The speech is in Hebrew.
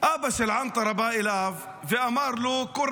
אבא של ענתרה בא אליו ואמר לו: (אומר